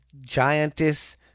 giantess